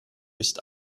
ist